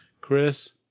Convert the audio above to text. chris